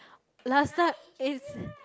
last time is